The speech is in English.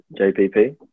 JPP